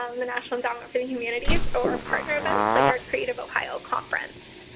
um the national endowment for the humanities or partner events like our creative ohio conference.